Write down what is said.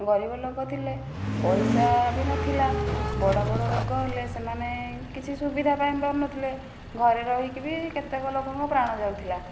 ଗରିବ ଲୋକ ଥିଲେ ପଇସା ବି ନଥିଲା ବଡ଼ ବଡ଼ ରୋଗ ହେଲେ ସେମାନେ କିଛି ସୁବିଧା ପାଇ ପାଉନଥିଲେ ଘରେ ରହିକି ବି କେତେକ ଲୋକଙ୍କ ପ୍ରାଣ ଯାଉଥିଲା